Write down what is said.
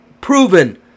proven